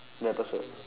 the episode